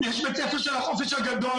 יש בתי ספר של החופש הגדול.